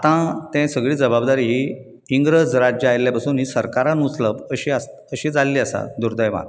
आतां तें सगळी जबाबदारी इंग्रज राज्य आयल्या पासून ही सरकारान उचलप अशी आसत अशी जाल्ली आसा दुर्देवान